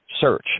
search